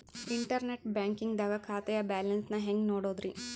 Internet banking ದಾಗ ಖಾತೆಯ balance ನ ಹೆಂಗ್ ನೋಡುದ್ರಿ?